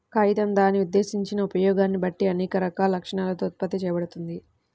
కాగితం దాని ఉద్దేశించిన ఉపయోగాన్ని బట్టి అనేక రకాల లక్షణాలతో ఉత్పత్తి చేయబడుతుంది